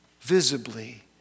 visibly